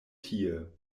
tie